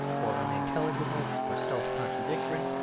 or unintelligible, or self-contradictory,